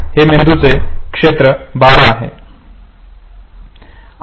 हे मेंदूचे क्षेत्र 12 आहे